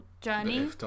journey